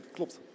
Klopt